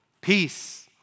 peace